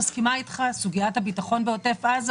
נתתי שלושה קריטריונים לכבישים: רמת הסיכון שלהם,